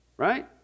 Right